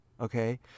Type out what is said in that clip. okay